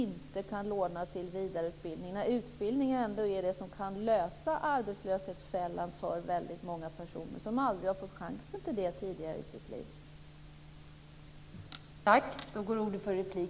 Man kan inte låna till vidareutbildning trots att utbildning är det som kan göra att väldigt många personer som aldrig har fått chansen att studera tidigare i sitt liv undviker arbetslöshetsfällan.